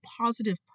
positive